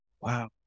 Wow